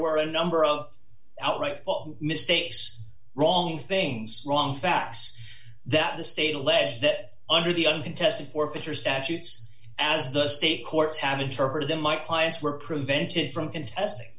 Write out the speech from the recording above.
were a number of outright mistakes wrong things wrong facts that the state allege that under the uncontested forfeiture statutes as the state courts have interpreted them my clients were crew vented from contesting